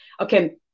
Okay